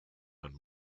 and